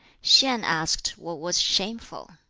hsien asked what was shameful.